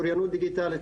אוריינות דיגיטלית,